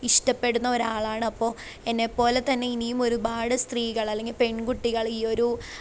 ഇഷ്ടപെടുന്ന ഒരാളാണ് അപ്പോ എന്നേ പോലെ തന്നെ ഇനിയും ഒരുപാട് സ്ത്രീകൾ അല്ലെങ്കിൽ പെൺകുട്ടികൾ ഈ ഒരു